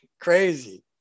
crazy